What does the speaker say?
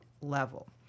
level